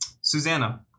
Susanna